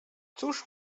cóż